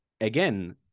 again